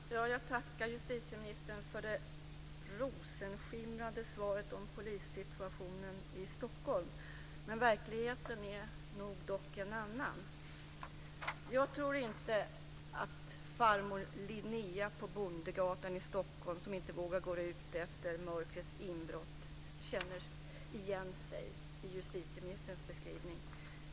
Fru talman! Jag tackar justitieministern för det rosenskimrande svaret om polissituationen i Stockholm, men verkligheten är nog en annan. Jag tror inte att farmor Linnéa på Bondegatan i Stockholm, som inte vågar gå ut efter mörkrets inbrott, känner igen sig i justitieministerns beskrivning.